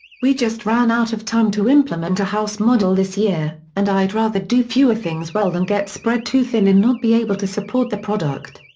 we just ran out of time to implement a house model this year, and i'd rather do fewer things well than get spread too thin and not be able to support the product.